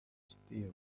stay